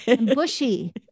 Bushy